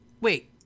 Wait